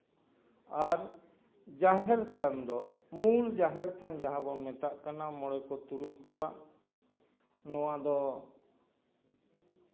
ᱟᱨ ᱡᱟᱦᱮᱸᱨ ᱛᱷᱟᱱ ᱫᱚ ᱢᱩᱞ ᱡᱟᱦᱮᱸᱨ ᱛᱷᱟᱱ ᱡᱟᱦᱟᱸ ᱵᱚᱱ ᱢᱮᱛᱟᱜ ᱠᱟᱱᱟ ᱢᱚᱬᱮ ᱠᱚ ᱛᱩᱨᱩᱭ ᱠᱚᱣᱟᱜ ᱱᱚᱣᱟ ᱫᱚ